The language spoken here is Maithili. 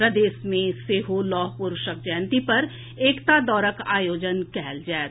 प्रदेश मे सेहो लौह पुरूषक जयंती पर एकता दौड़क आयोजन कयल जायत